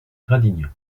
gradignan